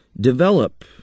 develop